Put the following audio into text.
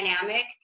dynamic